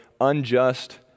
unjust